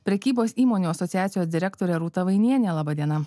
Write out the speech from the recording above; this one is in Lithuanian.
prekybos įmonių asociacijos direktorė rūta vainienė laba diena